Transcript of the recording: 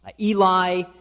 Eli